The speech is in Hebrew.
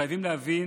חייבים להבין